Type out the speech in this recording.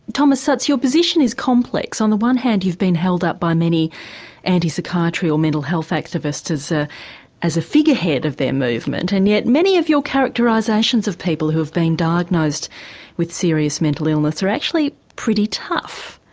thomas ah szasz, your position is complex on the one hand you've been held up by many anti-psychiatry or mental health activists as ah as a figurehead of their movement, and yet many of your characterisations of people who have been diagnosed with serious mental illness are actually pretty tough.